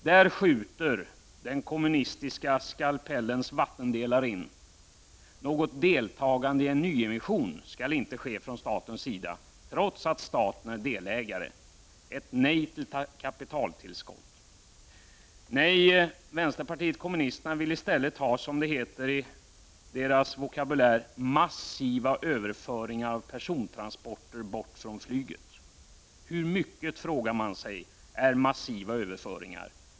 Där skjuter den kommunistiska skalpellens vattendelare in. Något deltagande i en nyemission skall inte ges från statens sida, trots att staten är delägare. Ett nej till kapitaltillskott! Nej, vänsterpartiet kommunisterna vill i stället ha, som det heter i vpk:s vokabulär, ”massiva överföringar av persontransporter bort från flyget”. Hur mycket är massiva överföringar?